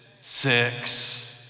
Six